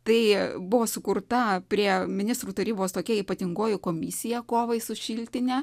tai buvo sukurta prie ministrų tarybos tokia ypatingoji komisija kovai su šiltine